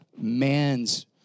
man's